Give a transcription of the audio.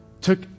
took